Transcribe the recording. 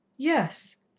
yes.